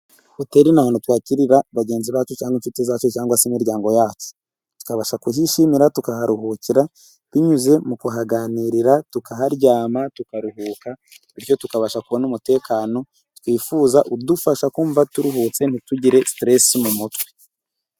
Hoteri n'ahantu twakirira bagenzi bacu cyangwa inshuti zacu cyangwa se imiryango yacu, rtukabasha kuhishimira, tukaharuhukira binyuze mu kuhaganira, tukaharyama, tukaruhuka, bityo tukabasha kubona umutekano twifuza udufasha kumva turuhutse ntitugire siteresi mu mutwe.